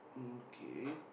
mm okay